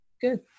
Good